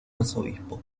arzobispo